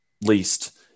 least